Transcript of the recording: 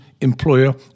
employer